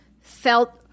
felt